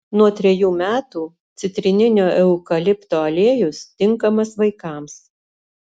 nuo trejų metų citrininio eukalipto aliejus tinkamas vaikams